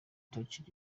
touch